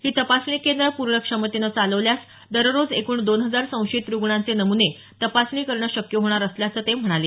ही तपासणी केंद्रं पूर्ण क्षमतेनं चालवल्यास दररोज एकूण दोन हजार संशयित रुग्णांचे नमुने तपासणी करणं शक्य होणार असल्याचं ते म्हणाले